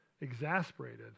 exasperated